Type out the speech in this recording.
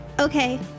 Okay